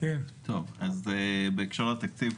בהקשר לתקציב,